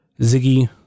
Ziggy